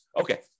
Okay